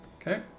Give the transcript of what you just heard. Okay